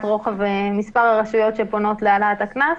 מספר הרשויות שפונות להעלאת הקנס.